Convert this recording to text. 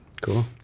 Cool